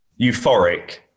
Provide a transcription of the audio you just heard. euphoric